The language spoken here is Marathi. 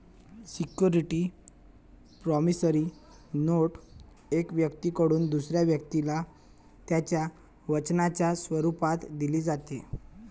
सिक्युरिटी प्रॉमिसरी नोट एका व्यक्तीकडून दुसऱ्या व्यक्तीला त्याच्या वचनाच्या स्वरूपात दिली जाते